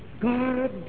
God